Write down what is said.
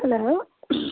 hello